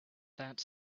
that